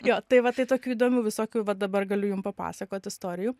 jo tai va tai tokių įdomių visokių va dabar galiu jum papasakot istorijų